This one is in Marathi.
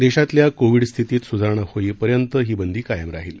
देशातल्या कोविड स्थितीत सुधारणा होईपर्यंत ही बंदी कायम राहिल